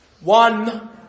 One